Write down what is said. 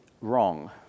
wrong